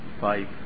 five